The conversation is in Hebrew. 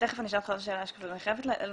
תיכף אני אשאל אותך את השאלה ש אני חייבת להבין